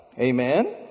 Amen